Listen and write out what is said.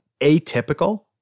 Atypical